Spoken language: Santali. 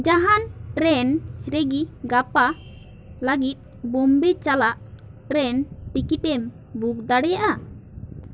ᱡᱟᱦᱟᱸᱱ ᱴᱨᱮᱱ ᱨᱮᱜᱤ ᱜᱟᱯᱟ ᱞᱟᱹᱜᱤᱫ ᱵᱳᱢᱵᱮ ᱪᱟᱞᱟᱜ ᱴᱨᱮᱱ ᱴᱤᱠᱤᱴᱮᱢ ᱵᱩᱠ ᱫᱟᱲᱮᱭᱟᱜᱼᱟ